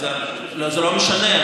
זה לא משנה.